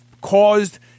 caused